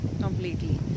completely